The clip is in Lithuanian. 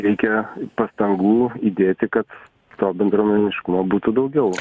reikia pastangų įdėti kad to bendruomeniškumo būtų daugiau